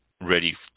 ready